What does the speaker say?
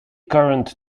current